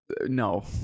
no